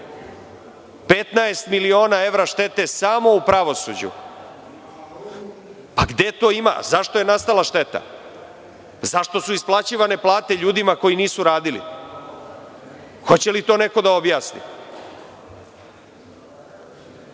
15.000.000 evra štete samo u pravosuđu. Gde to ima? Zašto je nastala šteta? Zašto su isplaćivane plate ljudima koji nisu radili? Hoće li to neko da objasni?